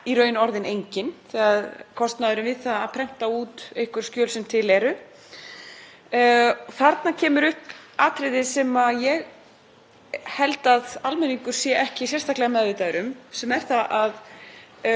held að almenningur sé ekki sérstaklega meðvitaður um, sem er það að stjórnvöldum er heimilt að taka gjald fyrir þá þjónustu sem þau veita þegar gjaldtakan svarar kostnaði við að veita þá þjónustu.